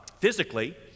physically